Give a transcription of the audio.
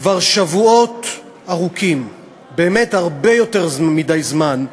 כבר שבועות ארוכים, באמת הרבה מדי זמן,